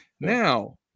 Now